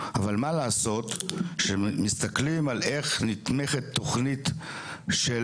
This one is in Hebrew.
אבל מה לעשות שמסתכלים על איך נתמכת תכנית של